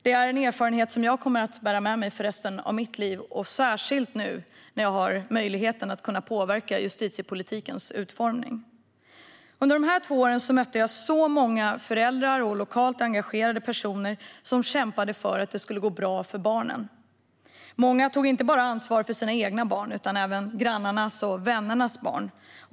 Det är en erfarenhet som jag kommer att bära med mig under resten av mitt liv, särskilt nu när jag har möjlighet att påverka justitiepolitikens utformning. Under dessa två år mötte jag så många föräldrar och lokalt engagerade personer som kämpade för att det skulle gå bra för barnen. Många tog inte bara ansvar för sina egna barn utan även grannarnas och vännernas barn.